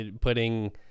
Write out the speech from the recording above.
putting